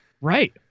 Right